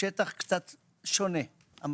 קצת שונה.